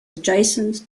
adjacent